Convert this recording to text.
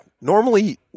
normally